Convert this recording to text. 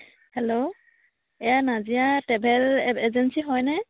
hello এয়া Nazira travel agency হয়নে